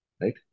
right